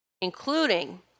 including